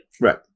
right